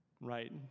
right